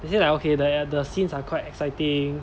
they say like okay the the scenes are quite exciting